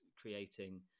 creating